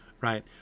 right